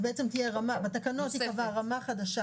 בתקנות תיקבע רמה חדשה